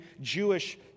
Jewish